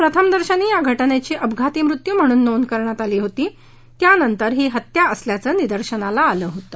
प्रथमदर्शनी या घटनेची अपघाती मृत्यू म्हणून नोंद करण्यात आली होती त्यानंतर ही हत्या झाल्याचं निदर्शनाला आलं होतं